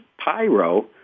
Pyro